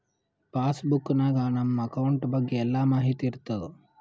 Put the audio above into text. pass book ನಾಗ್ ನಮ್ account ಬಗ್ಗೆ ಎಲ್ಲಾ ಮಾಹಿತಿ ಇರ್ತಾದ